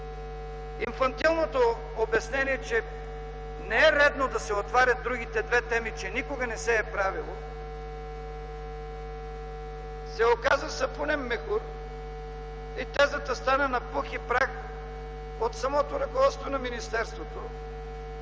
Инфантилното обяснение, че не е редно да се отварят другите две теми, че никога не се е правило, се оказа сапунен мехур и тезата стана на пух и прах от самото ръководство на министерството,